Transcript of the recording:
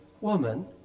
Woman